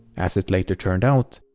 as it later turned out,